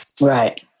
Right